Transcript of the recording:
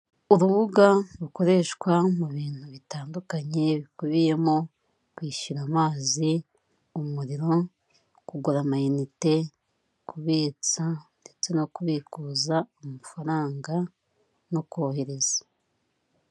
Urubuga rukoreshwa mu bintu bitandukanye bikubiyemo kwishyura amazi, umuriro, kugura amayinite, kubitsa ndetse no kubikuza amafaranga no kohereza.